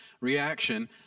reaction